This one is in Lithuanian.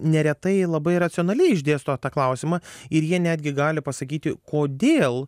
neretai labai racionaliai išdėsto tą klausimą ir jie netgi gali pasakyti kodėl